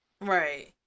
Right